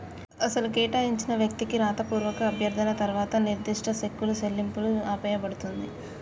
అసలు కేటాయించిన వ్యక్తికి రాతపూర్వక అభ్యర్థన తర్వాత నిర్దిష్ట సెక్కులు చెల్లింపులు ఆపేయబడుతుంది